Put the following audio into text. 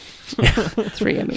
three